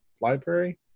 library